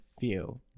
feel